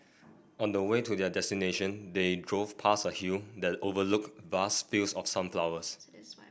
on the way to their destination they drove past a hill that overlooked vast fields of sunflowers